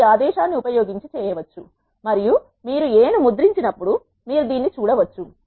మీరు ఈ ఆదేశాన్ని ఉపయోగించి చేయవచ్చు మరియు మీరు A ను ముద్రించినప్పుడు మీరు దీన్ని చూడవచ్చు